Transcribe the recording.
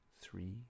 three